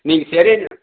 நீங்கள் சரி